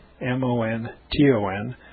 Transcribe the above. M-O-N-T-O-N